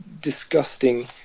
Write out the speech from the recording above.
disgusting